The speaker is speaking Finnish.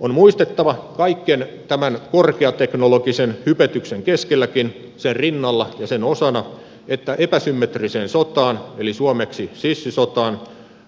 on muistettava kaiken tämän korkeateknologisen hypetyksen keskelläkin sen rinnalla ja sen osana että epäsymmetriseen sotaan eli suomeksi sissisotaan